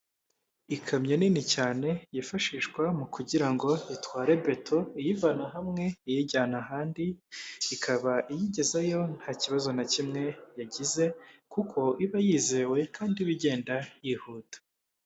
Ikamyo nini cyane yifashishwa mu kugira ngo itware beto iyivana hamwe iyijyana ahandi, ikaba iyigezayo nta kibazo na kimwe yagize, kuko iba yizewe kandi igenda yihuta.